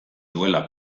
duela